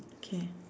K